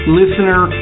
listener